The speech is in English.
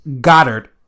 Goddard